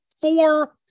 four